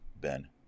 Ben